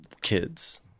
kids